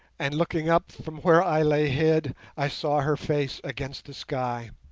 and looking up from where i lay hid i saw her face against the sky